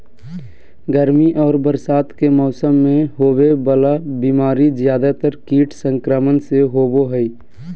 गर्मी और बरसात के मौसम में होबे वला बीमारी ज्यादातर कीट संक्रमण से होबो हइ